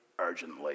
urgently